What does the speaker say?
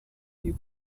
you